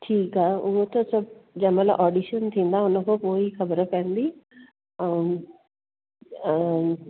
ठीकु आहे उहा सभु जंहिं महिल ऑडिशन थींदा हुन खां पोई ख़बर पवंदी ऐं